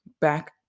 Back